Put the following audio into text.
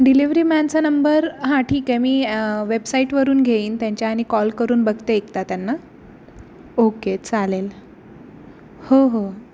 delivery मॅनचा number हां ठीक आहे मी वेबसाईटवरून घेईन त्यांच्या आणि कॉल करून बघते एकदा त्यांना ओके चालेल हो हो